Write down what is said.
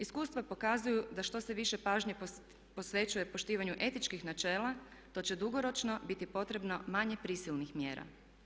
Iskustva pokazuju da što se više pažnje posvećuje poštivanju etičkih načela to će dugoročno biti potrebno manje prisilnih mjera.